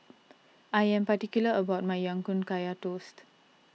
I am particular about my Ya Kun Kaya Toast